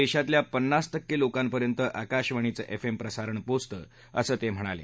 देशातल्या पन्नास टक्के लोकांपर्यंत आकाशवाणीचं एफ एम प्रसारण पोचतं असं राठोड म्हणाले